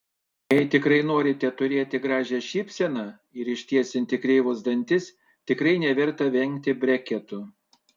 jei tikrai norite turėti gražią šypseną ir ištiesinti kreivus dantis tikrai neverta vengti breketų